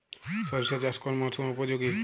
সরিষা চাষ কোন মরশুমে উপযোগী?